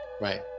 Right